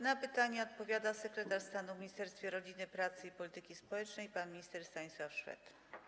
Na pytanie odpowiada sekretarz stanu w Ministerstwie Rodziny, Pracy i Polityki Społecznej pan minister Stanisław Szwed.